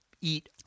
eat